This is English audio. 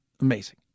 Amazing